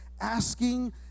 asking